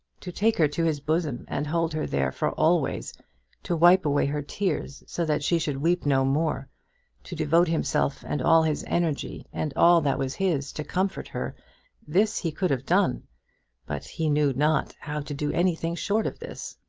to take her to his bosom and hold her there for always to wipe away her tears so that she should weep no more to devote himself and all his energy and all that was his to comfort her this he could have done but he knew not how to do anything short of this.